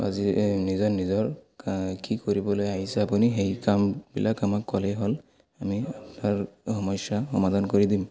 আজি নিজৰ নিজৰ কি কৰিবলৈ আহিছে আপুনি সেই কামবিলাক আমাক ক'লেই হ'ল আমি তাৰ সমস্যা সমাধান কৰি দিম